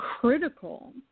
critical